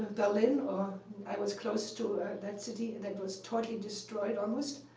berlin. or i was close to that city and that was totally destroyed almost,